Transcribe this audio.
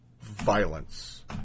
violence